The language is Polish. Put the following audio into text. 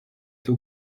tył